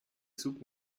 zug